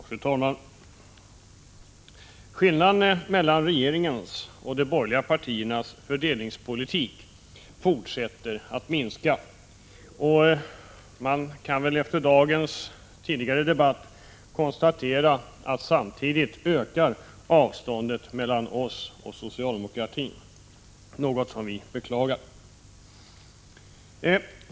Fru talman! Skillnaden mellan regeringens och de borgerliga partiernas fördelningspolitik fortsätter att minska. Efter dagens tidigare debatt kan man konstatera att avståndet mellan oss och socialdemokraterna samtidigt ökar, vilket vi beklagar.